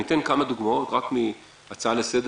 אני אתן כמה דוגמאות רק מהצעה לסדר